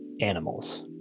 animals